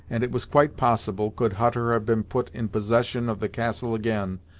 and it was quite possible, could hutter have been put in possession of the castle again,